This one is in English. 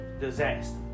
disaster